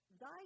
thy